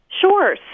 Sure